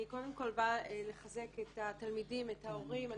אני קודם כל באה לחזק את התלמידים, את ההורים.